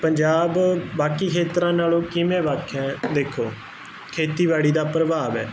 ਪੰਜਾਬ ਬਾਕੀ ਖੇਤਰਾਂ ਨਾਲੋਂ ਕਿਵੇਂ ਵੱਖ ਹੈ ਦੇਖੋ ਖੇਤੀਬਾੜੀ ਦਾ ਪ੍ਰਭਾਵ ਐ